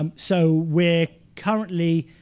um so we're currently